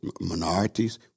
minorities